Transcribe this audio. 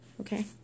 okay